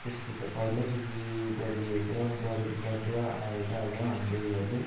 त्यस्तो त पहिलेदेखि गरिएको गरी गर्दैआएको अब हाम्रो उयोहरूले